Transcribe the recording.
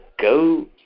go